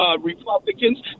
Republicans